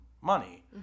money